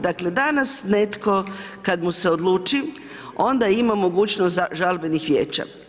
Dakle danas netko kada mu se odluči onda ima mogućnost žalbenih vijeća.